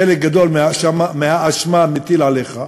חלק גדול מהאשמה מטיל עליך,